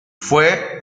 fue